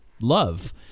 love